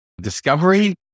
discovery